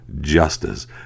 justice